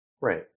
Right